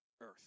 earth